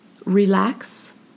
Relax